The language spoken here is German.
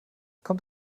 kommt